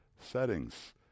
settings